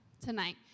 tonight